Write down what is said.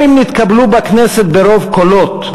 גם אם נתקבלו בכנסת ברוב קולות,